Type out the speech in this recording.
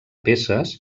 peces